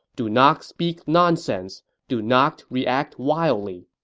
do not speak nonsense. do not react wildly.